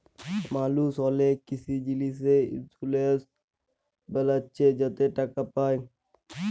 মালুস অলেক কিসি জিলিসে ইলসুরেলস বালাচ্ছে যাতে টাকা পায়